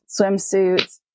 swimsuits